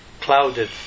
clouded